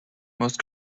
most